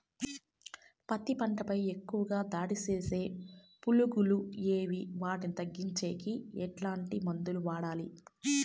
పత్తి పంట పై ఎక్కువగా దాడి సేసే పులుగులు ఏవి వాటిని తగ్గించేకి ఎట్లాంటి మందులు వాడాలి?